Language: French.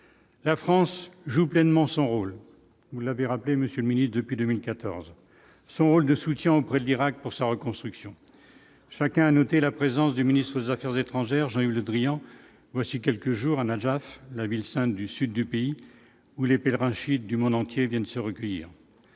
la France joue pleinement son rôle, vous l'avez rappelé monsieur le ministre, depuis 2014, son rôle de soutien auprès de l'Irak pour sa reconstruction, chacun a noté la présence du ministre des Affaires étrangères, Jean-Yves Le Drian, voici quelques jours à Nadjaf, la ville sainte du sud du pays où les pèlerins chiites du monde entier viennent se recueillir